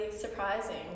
surprising